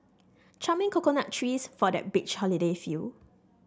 charming coconut trees for that beach holiday feel